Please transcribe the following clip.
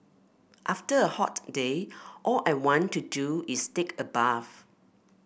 after a hot day all I want to do is take a bath